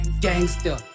gangster